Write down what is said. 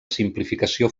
simplificació